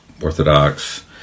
Orthodox